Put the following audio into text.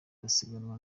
basiganwa